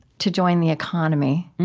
to join the economy.